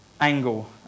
angle